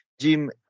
Jim